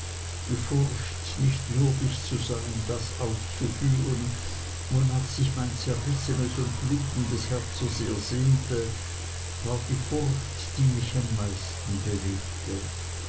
die furcht nicht würdig zu sein das auszuführen wonach sich mein zerrissenes und blutendes herz so sehr sehnte war die furcht die mich am meisten bewegte